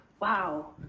wow